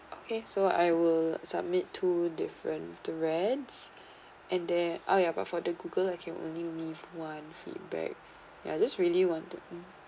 okay so I will submit two different threads and then ah ya but for the Google I can only leave one feedback ya just really want to